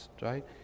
right